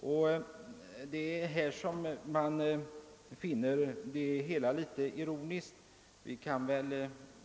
På den punkten är situationen en smula ironisk.